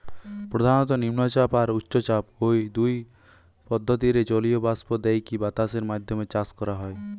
প্রধানত নিম্নচাপ আর উচ্চচাপ, ঔ দুই পদ্ধতিরে জলীয় বাষ্প দেইকি বাতাসের মাধ্যমে চাষ করা হয়